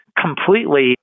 completely